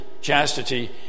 chastity